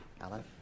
Alan